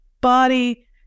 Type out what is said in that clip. body